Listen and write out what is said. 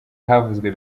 havuzwe